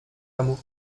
hameau